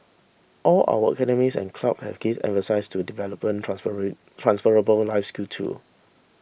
all our academies and clubs have gives emphases to developing transferring transferable life skills too